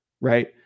right